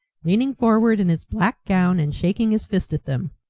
leaning forward in his black gown and shaking his fist at them.